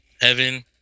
Heaven